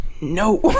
no